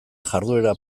jarduera